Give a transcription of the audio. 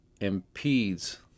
impedes